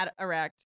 erect